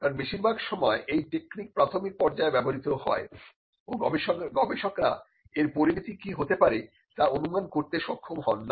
কারণ বেশিরভাগ সময়ে এই টেকনিক প্রাথমিক পর্যায়ে ব্যবহৃত হয় ও গবেষকরা এর পরিণতি কি হতে পারে তা অনুমান করতে সক্ষম হন না